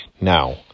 Now